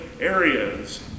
areas